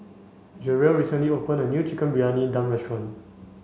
Jeryl recently opened a new Chicken Briyani Dum restaurant